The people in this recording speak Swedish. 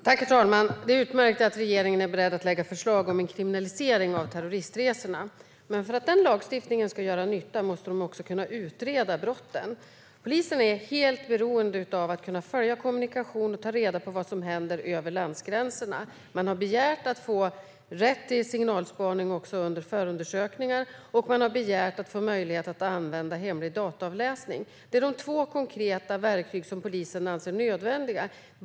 Herr talman! Det är utmärkt att regeringen är beredd att lägga fram förslag om en kriminalisering av terroristresorna. Men för att den lagstiftningen ska kunna göra nytta måste man kunna utreda brotten. Polisen är helt beroende av att kunna följa kommunikationen och ta reda på vad som händer över landsgränserna. Man har begärt att få rätt till signalspaning också under förundersökningar och att få möjlighet att använda hemlig dataavläsning. Det är de två konkreta verktyg som polisen anser nödvändiga.